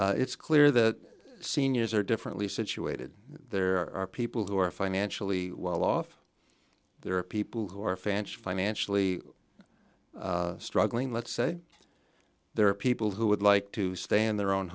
it's clear that seniors are differently situated there are people who are financially well off there are people who are fans financially struggling let's say there are people who would like to stay in their own